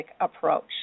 approach